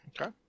Okay